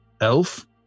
elf